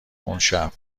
اونشب